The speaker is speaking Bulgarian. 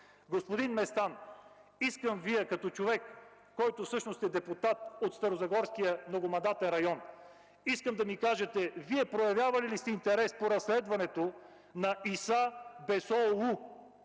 Господин Местан, Вие като човек, който сте депутат от Старозагорски многомандатен район, искам да ми кажете: Вие проявявали ли сте интерес по разследването на Иса Бесоолу,